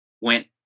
went